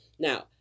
Now